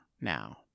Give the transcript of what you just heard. now